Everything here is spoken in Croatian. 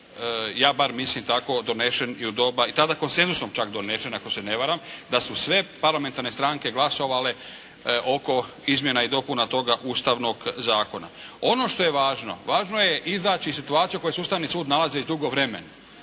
ja bar mislim tako, donesen i u doba, i tada konsenzusom čak donesen ako se ne varam, da su sve parlamentarne stranke glasovale oko izmjena i dopuna toga Ustavnog zakona. Ono što je važno, važno je izaći iz situacije u kojoj se Ustavni sud nalazi već dugo vremena.